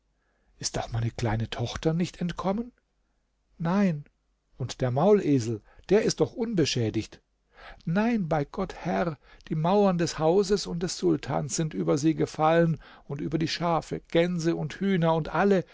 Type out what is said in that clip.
ist auch meine kleine tochter nicht entkommen nein und der maulesel der ist doch unbeschädigt nein bei gott herr die mauern des hauses und des sultans sind über sie gefallen und über die schafe gänse und hühner und alle